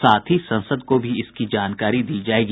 साथ ही संसद को भी इसकी जानकारी दी जायेगी